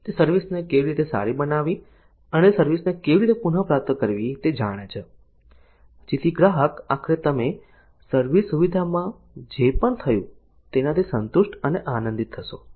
તે તે સર્વિસ ને કેવી રીતે સારી બનાવવી અને તે સર્વિસ ને કેવી રીતે પુનપ્રાપ્ત કરવી તે જાણે છે જેથી ગ્રાહક આખરે તમે સર્વિસ સુવિધામાં જે પણ થયું તેનાથી સંતુષ્ટ અને આનંદિત છો